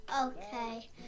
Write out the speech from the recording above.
Okay